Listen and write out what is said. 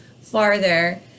farther